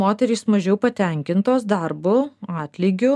moterys mažiau patenkintos darbu atlygiu